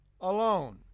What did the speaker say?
alone